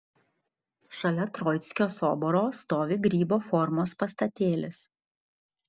šalia troickio soboro stovi grybo formos pastatėlis